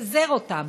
לפזר אותם,